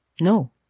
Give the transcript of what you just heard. No